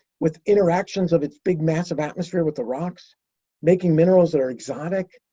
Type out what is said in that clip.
with interactions of its big massive atmosphere with the rocks making minerals that are exotic.